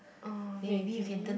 uh maybe